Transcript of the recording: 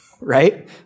right